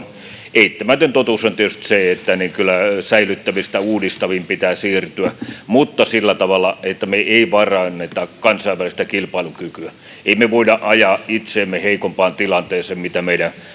eittämätön totuus on tietysti se että kyllä säilyttävistä uudistaviin pitää siirtyä mutta sillä tavalla että me emme vaaranna kansainvälistä kilpailukykyä emme me voi ajaa itseämme heikompaan tilanteeseen kuin missä meidän